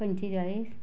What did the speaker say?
पंचेचाळीस